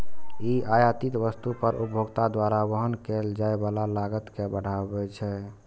ई आयातित वस्तु पर उपभोक्ता द्वारा वहन कैल जाइ बला लागत कें बढ़बै छै